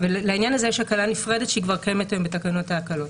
לעניין הזה יש הקלה נפרדת שהיא כבר קיימת היום בתקנות ההקלות.